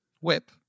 Whip